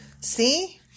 See